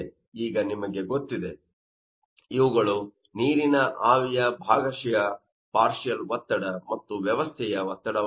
ಈಗ ನಿಮಗೆ ಗೊತ್ತಿದೆ ಇವುಗಳು ನೀರಿನ ಆವಿಯ ಭಾಗಶಃ ಒತ್ತಡ ಮತ್ತು ವ್ಯವಸ್ಥೆಯ ಒತ್ತಡವಾಗಿದೆ